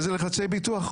איזה לחצי פיתוח?